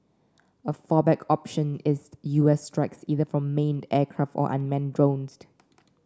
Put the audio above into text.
a fallback option is U S strikes either from manned aircraft or unmanned drones